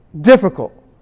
difficult